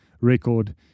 record